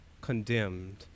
condemned